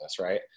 Right